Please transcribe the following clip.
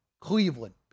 Cleveland